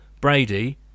Brady